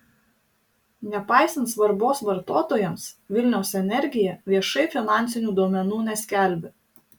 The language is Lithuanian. nepaisant svarbos vartotojams vilniaus energija viešai finansinių duomenų neskelbia